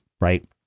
right